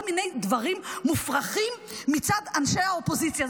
מיני דברים מופרכים מצד אנשי האופוזיציה.